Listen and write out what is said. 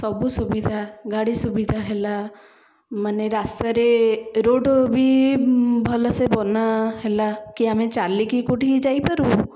ସବୁ ସୁବିଧା ଗାଡ଼ି ସୁବିଧା ହେଲା ମାନେ ରାସ୍ତାରେ ରୋଡ଼୍ ବି ଭଲ ସେ ବନା ହେଲା କି ଆମେ ଚାଲିକି କେଉଁଠି ଯାଇପାରୁୁ